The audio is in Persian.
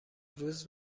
روز